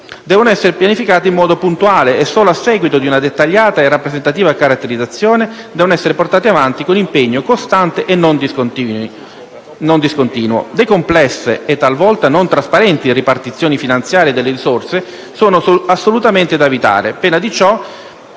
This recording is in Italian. devono essere pianificate in modo puntuale e, solo a seguito di una dettagliata e rappresentativa caratterizzazione, devono essere portate avanti con impegno costante e non discontinuo. Le complesse e talvolta non trasparenti ripartizioni finanziarie delle risorse sono assolutamente da evitare, pena,